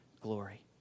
glory